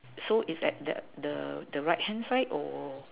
so is at the right hand side or